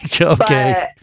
okay